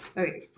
okay